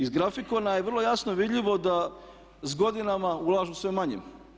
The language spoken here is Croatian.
Iz grafikona je vrlo jasno vidljivo da s godinama ulažu sve manje.